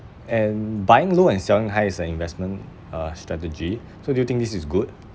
and buying low and selling high is an investment uh strategy so do you think this is good